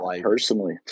personally